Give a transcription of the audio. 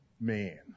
Man